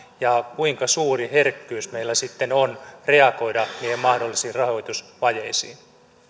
ja kuinka suuri herkkyys meillä sitten on reagoida mahdollisiin rahoitusvajeisiin